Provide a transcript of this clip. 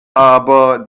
aber